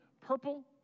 purple